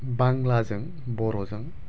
बांलाजों बर' जों